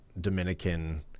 Dominican